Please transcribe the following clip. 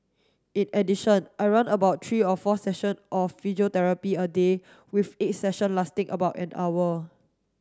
in addition I run about three or four session of physiotherapy a day with each session lasting about an hour